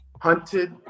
hunted